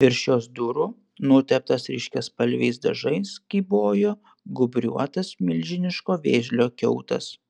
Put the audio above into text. virš jos durų nuteptas ryškiaspalviais dažais kybojo gūbriuotas milžiniško vėžlio kiautas